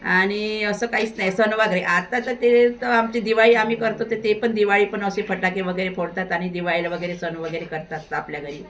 आणि असं काहीच नाही सण वगैरे आता तर ते त आमची दिवाळी आम्ही करतो त ते पण दिवाळी पण असे फटाके वगैरे फोडतात आणि दिवाळीला वगैरे सण वगैरे करतात तर आपल्या घरी